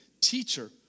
Teacher